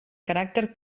caràcter